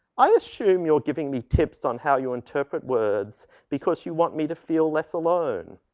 i assume you're giving me tips on how you interpret words because you want me to feel less alone.